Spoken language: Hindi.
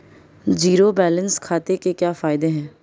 ज़ीरो बैलेंस खाते के क्या फायदे हैं?